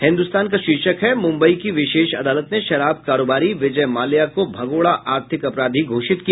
हिन्दुस्तान शीर्षक है मुंबई की विशेष अदालत ने शराब कारोवारी विजय माल्या को भगोड़ा आर्थिक अपराधी घोषित किया